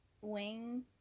Wing